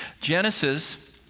Genesis